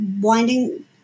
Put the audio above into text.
winding